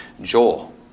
Joel